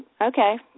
okay